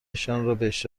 اشتراک